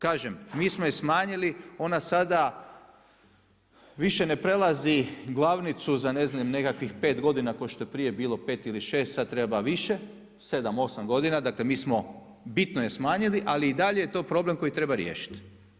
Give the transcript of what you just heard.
Kažem, mi smo je smanjili, ona sada više ne prelazi glavnicu za ne znam nekakvih 5 godina kao što je prije bilo, 5 ili 6, sada treba više, 7, 8 godina, dakle mi smo bitno je smanjili ali i dalje je to problem koji treba riješiti.